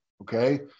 okay